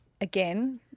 again